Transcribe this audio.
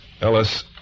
Ellis